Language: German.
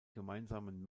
gemeinsamen